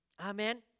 Amen